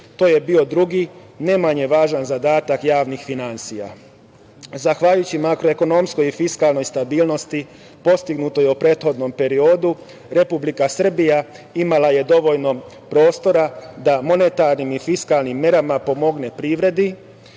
To je bio drugi, ne manje važan zadatak javnih finansija. Zahvaljujući makroekonomskoj i fiskalnoj stabilnosti, postignuto je u prethodnom periodu, Republika Srbija imala je dovoljno prostora da monetarnim i fiskalnim merama pomogne privredi